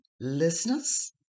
listeners